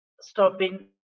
stopping